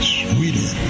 sweeter